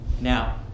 Now